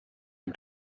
ihm